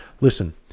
Listen